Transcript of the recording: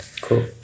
cool